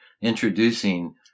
introducing